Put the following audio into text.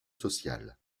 social